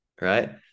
right